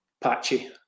patchy